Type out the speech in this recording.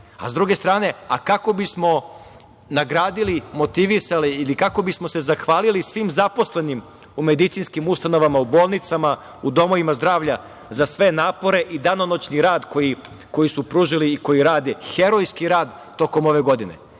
povećavajte plate. A kako bismo nagradili, motivisali ili kako bismo se zahvalili svim zaposlenim u medicinskim ustanovama, u bolnicama, u domovima zdravlja za sve napore i danonoćni rad koji su pružili i koji rade, herojski rad tokom ove godine?